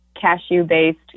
cashew-based